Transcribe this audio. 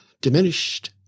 diminished